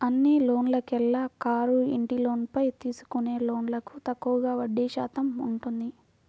అన్ని లోన్లలోకెల్లా కారు, ఇంటి లోన్లపై తీసుకునే లోన్లకు తక్కువగా వడ్డీ శాతం ఉంటుంది